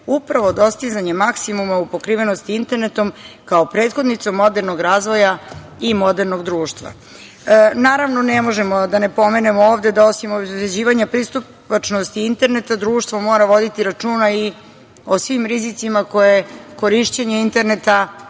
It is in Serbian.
upravo dostizanje maksimuma u pokrivenosti internetom, kao prethodnicom modernog razvoja i modernog društva. Naravno, ne možemo da ne pomenemo ovde da osim obezbeđivanja pristupačnosti interneta, društvo mora voditi računa i o svim rizicima koje korišćenje interneta